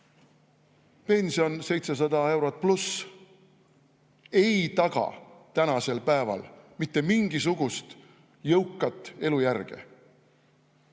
Pension 700 ja pluss eurot ei taga tänasel päeval mitte mingisugust jõukat elujärge.